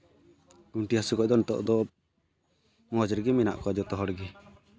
ᱜᱩᱱᱴᱷᱤ ᱦᱟᱹᱥᱩ ᱠᱷᱚᱡ ᱫᱚ ᱱᱤᱛᱚᱜ ᱫᱚ ᱢᱚᱡᱽ ᱨᱮᱜᱮ ᱢᱮᱱᱟᱜ ᱠᱚᱣᱟ ᱡᱚᱛᱚ ᱦᱚᱲᱜᱮ